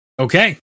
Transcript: Okay